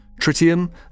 Tritium